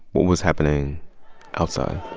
what was happening outside?